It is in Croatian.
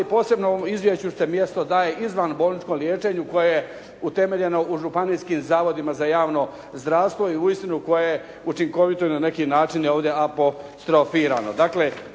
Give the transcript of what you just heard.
posebno u izvješću se mjesto daje izvanbolničkom liječenju koje utemeljeno u županijskim zavodima za javno zdravstvo i uistinu koje je učinkovito i na neki način ovdje apostrofirano.